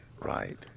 right